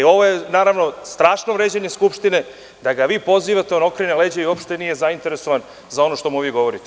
Ovo je strašno vređanje Skupštine, da ga vi pozivate, on okrene leđa i uopšte nije zainteresovan za ono što mu vi govorite.